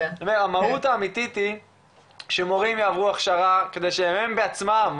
והמהות האמיתי היא שמורים יעברו הכשרה כדי שהם בעצמם,